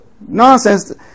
nonsense